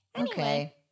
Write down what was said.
Okay